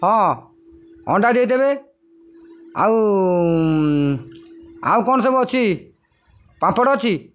ହଁ ଅଣ୍ଡା ଦେଇଦେବେ ଆଉ ଆଉ କ'ଣ ସବୁ ଅଛି ପାମ୍ପଡ଼ ଅଛି